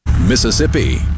Mississippi